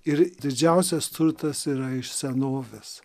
ir didžiausias turtas yra iš senovės